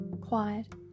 quiet